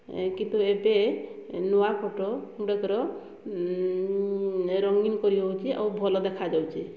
ଏଇ କିନ୍ତୁ ଏବେ ନୂଆ ଫଟୋ ଗୁଡ଼ିକର ରଙ୍ଗୀନ କରିହେଉଛି ଆଉ ଭଲ ଦେଖାଯାଉଛି